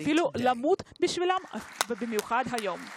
אפילו למות בשבילם, ובייחוד היום.